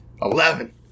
Eleven